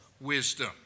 wisdom